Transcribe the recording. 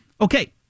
Okay